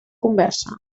conversa